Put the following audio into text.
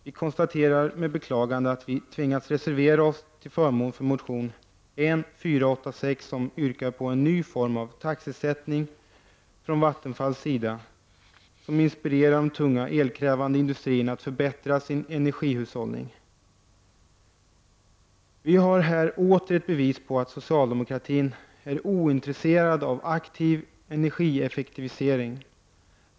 Vi konstaterar med beklagande att vi tvingas reservera oss till förmån för motion N486 i vilken man yrkar på en ny form av taxesättning från Vattenfalls sida, som inspirerar de tunga elkrävande industrierna att förbättra sin energihushållning. Vi har här åter ett bevis på att socialdemokratin är ointresserad av aktiv energieffektivisering.